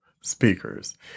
speakers